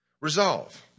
Resolve